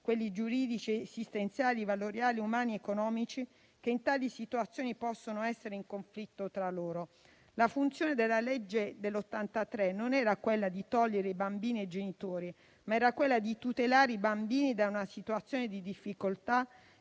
quelli giuridici, esistenziali, valoriali, umani ed economici, che in tali situazioni possono essere in conflitto tra loro. La funzione della legge n. 184 del 1983 non era quella di togliere i bambini ai genitori, ma di tutelare i bambini da una situazione di difficoltà